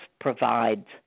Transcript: provides